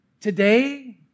Today